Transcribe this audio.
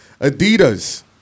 Adidas